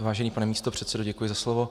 Vážený pane místopředsedo, děkuji za slovo.